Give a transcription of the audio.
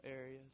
areas